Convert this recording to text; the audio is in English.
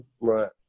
Right